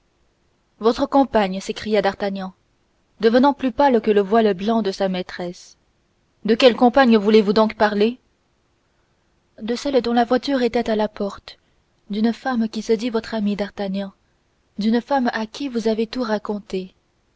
votre compagne s'écria d'artagnan devenant plus pâle que le voile blanc de sa maîtresse de quelle compagne voulez-vous donc parler de celle dont la voiture était à la porte d'une femme qui se dit votre amie d'artagnan d'une femme à qui vous avez tout raconté